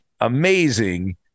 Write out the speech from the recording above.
amazing